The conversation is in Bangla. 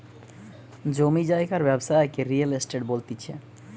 জমি জায়গার ব্যবসাকে রিয়েল এস্টেট বলতিছে